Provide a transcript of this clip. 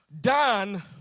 Dan